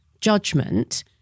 judgment